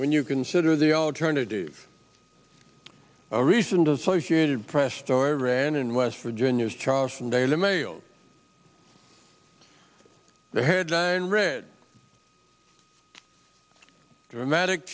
when you consider the alternative a recent associated press story ran in west virginia's charleston daily mail the headline read dramatic